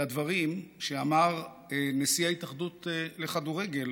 לדברים שאמר נשיא ההתאחדות לכדורגל